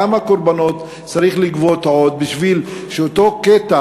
כמה קורבנות צריך לגבות עוד כדי שאותו קטע,